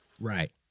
Right